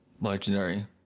legendary